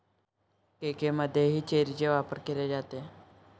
केकमध्येही चेरीचा वापर केला जातो